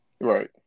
Right